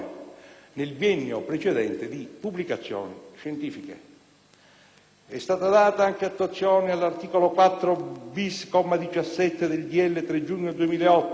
nel biennio precedente di pubblicazioni scientifiche. È stata data anche attuazione all'articolo 4-*bis*, comma 17, del decreto-legge 3 giugno 2008,